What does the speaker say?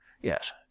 Yes